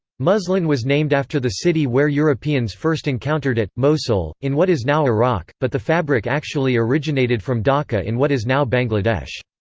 muslin was named after the city where europeans first encountered it, mosul, in what is now iraq, but the fabric actually originated from dhaka in what is now bangladesh.